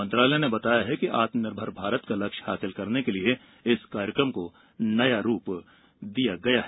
मंत्रालय ने बताया है कि आत्मनिर्भर भारत का लक्ष्य हासिल करने के लिए इस कार्यक्रम को नया रूप दिया जा रहा है